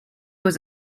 was